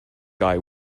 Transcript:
guy